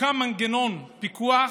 יוקם מנגנון פיקוח